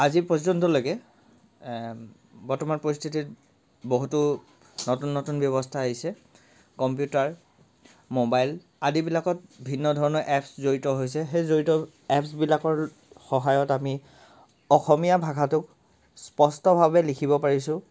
আজি পৰ্যন্তলৈকে বৰ্তমান পৰিস্থিতিত বহুতো নতুন নতুন ব্যৱস্থা আহিছে কম্পিউটাৰ মোবাইল আদিবিলাকত ভিন্ন ধৰণৰ এপছ জড়িত হৈছে সেই জড়িত এপছবিলাকৰ সহায়ত আমি অসমীয়া ভাষাটোক স্পষ্টভাৱে লিখিব পাৰিছোঁ